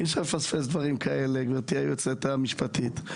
אי-אפשר לפספס דברים כאלה, גברתי היועצת המשפטית.